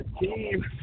team